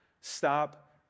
Stop